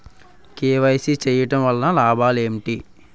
KYC చేయటం వలన లాభాలు ఏమిటి?